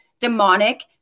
demonic